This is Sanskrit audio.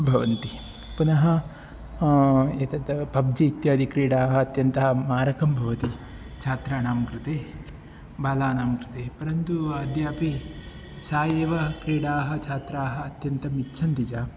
भवन्ति पुनः एतत् पब्जि इत्यादिक्रीडाः अत्यन्तः मारकं भवति छात्राणां कृते बालानां कृते परन्तु अद्यापि सा एव क्रीडाः छात्राः अत्यन्तम् इच्छन्ति च